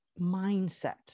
mindset